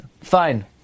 Fine